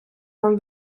вам